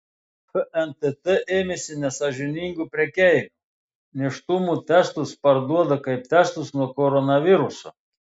fntt ėmėsi nesąžiningų prekeivių nėštumo testus parduoda kaip testus nuo koronaviruso